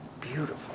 beautiful